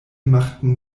machten